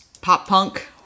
pop-punk